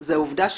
זה העובדה שאתם,